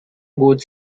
goods